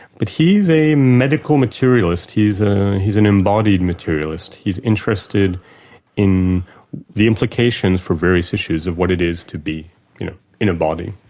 but he's a medical materialist. he's ah he's an embodied materialist. he's interested in the implications for various issues of what it is to be you know in a body.